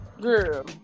Girl